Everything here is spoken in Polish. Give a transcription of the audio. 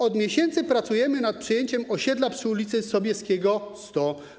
Od miesięcy pracujemy nad przejęciem osiedla przy ul. Sobieskiego 100.